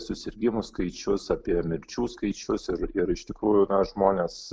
susirgimų skaičius apie mirčių skaičius ir ir iš tikrųjų na žmonės